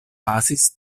pasis